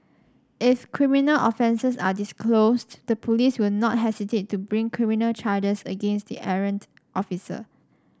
if criminal offences are disclosed the police will not hesitate to bring criminal charges against the errant officer